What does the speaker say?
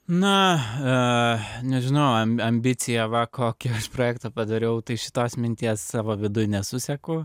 na nežinau ambicija va kokia projektą padariau tai šitos minties savo viduj nesuseku